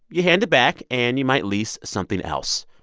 you hand it back, and you might lease something else.